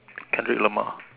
Kendrick-Lamar